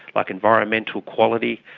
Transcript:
like environmental quality.